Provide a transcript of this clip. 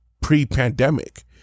pre-pandemic